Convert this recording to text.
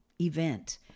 event